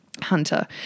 hunter